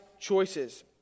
choices